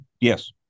Yes